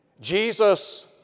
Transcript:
Jesus